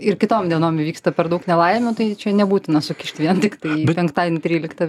ir kitom dienom įvyksta per daug nelaimių tai čia nebūtina sukišti vien tiktai į penktadienį tryliktą